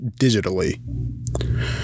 digitally